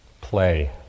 play